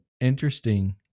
interesting